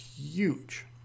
huge